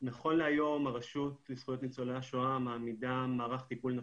נכון להיום הרשות לזכויות ניצולי השואה מעמידה מערך טיפול נפשי.